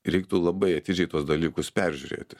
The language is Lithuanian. reiktų labai atidžiai tuos dalykus peržiūrėti